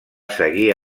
seguir